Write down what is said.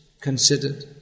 considered